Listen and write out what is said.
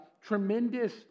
tremendous